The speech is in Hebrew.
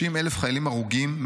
30,000 חיילים הרוגים,